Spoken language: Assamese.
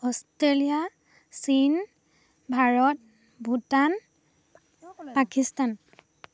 অষ্ট্ৰেলিয়া চীন ভাৰত ভূটান পাকিস্তান